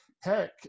heck